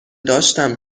داشتم